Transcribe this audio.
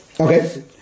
Okay